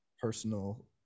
personal